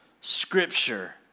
scripture